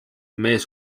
mees